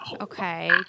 Okay